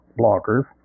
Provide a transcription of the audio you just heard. blockers